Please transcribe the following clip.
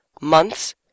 months